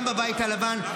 גם בבית הלבן.